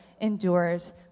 endures